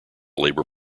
labour